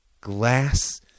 glass